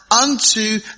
unto